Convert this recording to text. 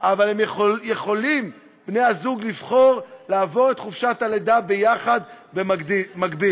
פה מדי פעם ההפתעות הן באמת בלתי נגמרות.